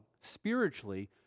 spiritually